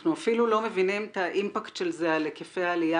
אנחנו אפילו לא מבינים את האימפקט של זה על היקפי העלייה,